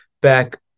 back